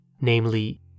namely